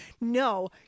no